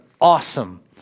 awesome